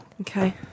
Okay